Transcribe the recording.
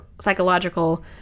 psychological